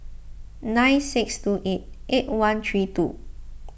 nine six two eight eight one three two